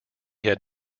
had